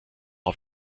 auf